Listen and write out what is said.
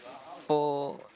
for